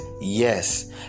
yes